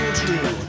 true